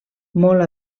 molt